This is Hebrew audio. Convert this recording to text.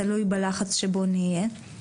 תלוי בלחץ שבו נהיה,